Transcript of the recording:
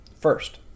First